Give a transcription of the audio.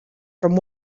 from